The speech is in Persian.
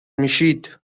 میشید